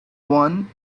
one